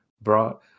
brought